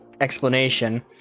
explanation